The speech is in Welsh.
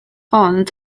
ond